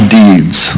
deeds